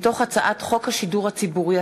מתוך הצעת חוק השידור הציבורי,